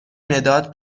مداد